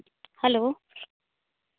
hello